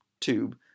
tube